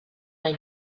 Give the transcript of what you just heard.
mai